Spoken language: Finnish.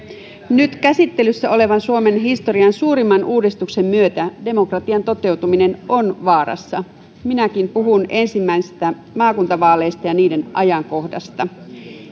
nyt käsittelyssä olevan suomen historian suurimman uudistuksen myötä demokratian toteutuminen on vaarassa minäkin puhun ensimmäisistä maakuntavaaleista ja niiden ajankohdasta